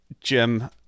Jim